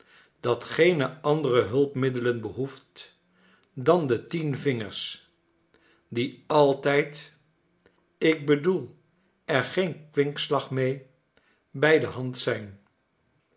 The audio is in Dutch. geene andere hulpmiddelen behoeft dan de tien vingers die altijd ik bedoel er geen kwinkslag mee bij de hand zijn